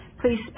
please